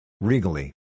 Regally